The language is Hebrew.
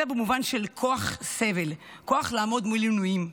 אלא במובן של כוח סבל, כוח לעמוד מול עינויים.